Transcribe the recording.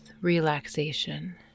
relaxation